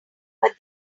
but